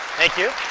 thank you.